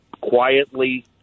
quietly